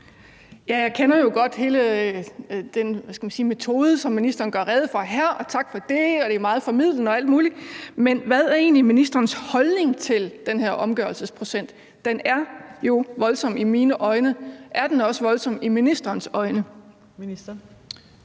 jeg kender jo godt hele den, hvad skal man sige, metode, som ministeren gør rede for her, og tak for det, og det er meget formidlende og alt muligt, men hvad er egentlig ministerens holdning til den her omgørelsesprocent? Den er jo voldsom i mine øjne. Er den også voldsom i ministerens øjne? Kl.